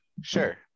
Sure